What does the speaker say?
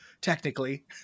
Technically